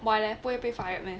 why leh 不会被 fired meh